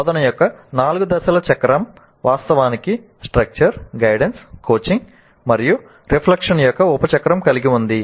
బోధన యొక్క నాలుగు దశల చక్రం వాస్తవానికి "స్ట్రక్చర్ - గైడెన్స్ - కోచింగ్ - యొక్క ఉప చక్రం కలిగి ఉంది